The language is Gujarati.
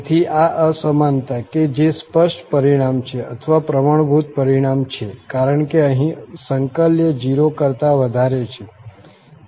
તેથી આ અસમાનતા કે જે સ્પષ્ટ પરિણામ છે અથવા પ્રમાણભૂત પરિણામ છે કારણ કે અહીં સંકલ્ય 0 કરતા વધારે છે